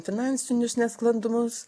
finansinius nesklandumus